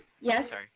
Yes